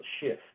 shift